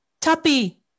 tuppy